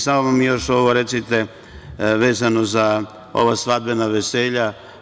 Samo mi još ovo recite, vezano za ova svadbena veselja.